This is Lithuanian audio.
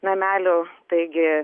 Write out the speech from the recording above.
namelių taigi